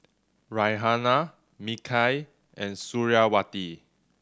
Raihana Mikhail and Suriawati